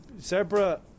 Zebra